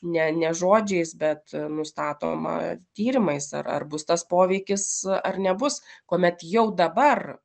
ne ne žodžiais bet nustatoma tyrimais ar ar bus tas poveikis ar nebus kuomet jau dabar